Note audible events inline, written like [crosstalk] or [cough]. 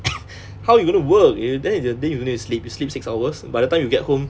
[coughs] how you gonna work you then in the day you need to sleep you sleep six hours by the time you get home